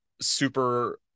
super